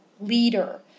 leader